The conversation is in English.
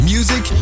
Music